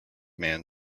man